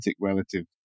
relative